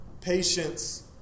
patience